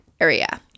area